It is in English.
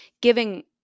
giving